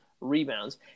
rebounds